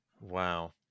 wow